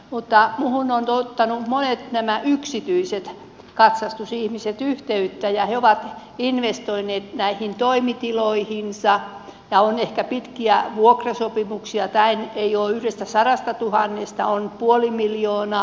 minuun ovat ottaneet monet yksityiset katsastusihmiset yhteyttä ja he ovat investoineet näihin toimitiloihinsa ja on ehkä pitkiä vuokrasopimuksia ei ole yksi satatuhatta on puoli miljoonaa